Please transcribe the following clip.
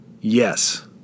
Yes